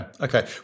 okay